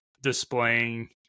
displaying